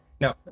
No